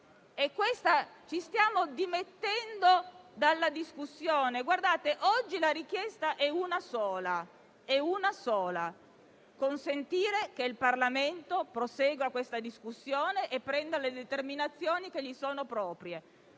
Ci stiamo dimettendo dalla discussione? Oggi la richiesta è una sola: consentire che il Parlamento prosegua questa discussione e prenda le determinazioni che gli sono proprie.